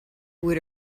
would